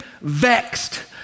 vexed